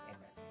Amen